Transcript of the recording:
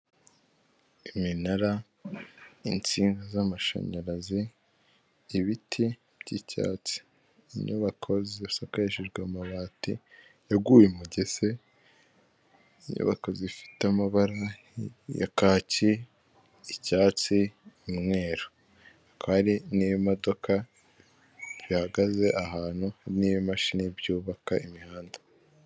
Iminara, insinga z'mashanyarazi, ibiti by'icyatsi, inyubako zisakarishijwe amabati yaguye umugese, inyabako zifite amabara ya kaki, icyatsi, umweru. Hakaba hari n'imodoka bihagaze ahantu n'imashini byubaka imihanda.